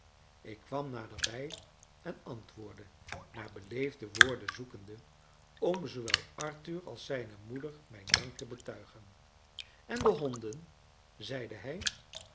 ik kwam naderbij en antwoordde naar beleefde woorden zoekende om zoowel arthur als zijne moeder mijn dank te betuigen en de honden zeide hij